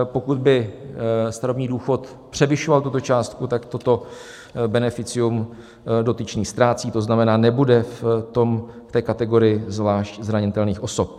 Pokud by starobní důchod převyšoval tuto částku, tak toto beneficium dotyčný ztrácí, to znamená, nebude v kategorii zvlášť zranitelných osob.